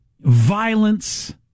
violence